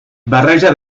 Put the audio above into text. barreges